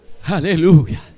Hallelujah